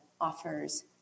offers